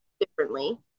differently